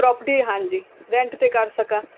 property ਹਾਂਜੀ rent 'ਤੇ ਕਰ ਸਕਾਂ